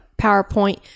PowerPoint